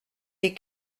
des